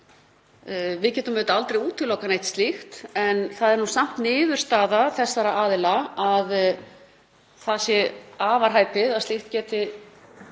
Við getum auðvitað aldrei útilokað neitt slíkt en það er nú samt niðurstaða þessara aðila að það sé afar hæpið að slíkt geti